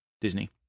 Disney